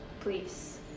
Please